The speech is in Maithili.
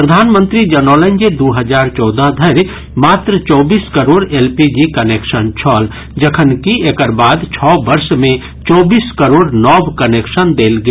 प्रधानमंत्री जनौलनि जे दू हजार चौदह धरि मात्र चौबीस करोड़ एलपीजी कनेक्शन छल जखनकि एकर बादक छओ वर्ष मे चौबीस करोड़ नव कनेक्शन देल गेल